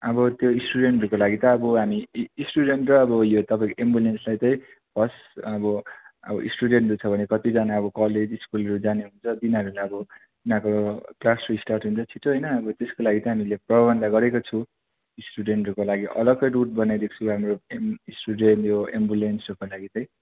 अब त्यो स्टुडेन्ट भ्यूको लागि त अब हामी स्टुडेन्ट र अब उयो तपाईँको एम्बुलेन्सलाई चाहिँ होस् अब अब स्टुडेन्टहरू छ भने कतिजना अब कलेज स्कुलहरू जाने हुन्छ तिनीहरूले अब तिनीहरूको क्लास स्टार्ट हुन्छ छिटो होइन आब त्यसको लागि त हामीले प्रबन्ध गरेको छु स्टुडेन्टरूको लागि अलक्कै रुट बनाइदिएको छु हाम्रो स्टुडेन्ट यो एम्बुलेन्सहरूको लागि चाहिँ